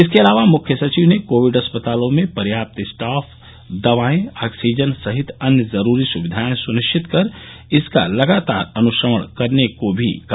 इसके अलावा मुख्य सचिव ने कोविड अस्पतालों में पर्याप्त स्टॉफ दवाएं आक्सीजन सहित अन्य जरूरी सुविधाएं सुनिश्चित कर इसका लगातार अनुश्रवण करने को भी कहा